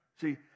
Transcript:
See